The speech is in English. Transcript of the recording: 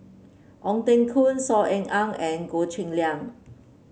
Ong Teng Koon Saw Ean Ang and Goh Cheng Liang